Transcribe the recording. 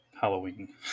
Halloween